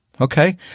Okay